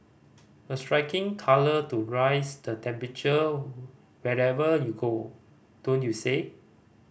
a striking colour to rise the temperature wherever you go don't you say